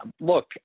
look